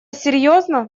серьезно